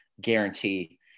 guarantee